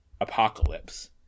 apocalypse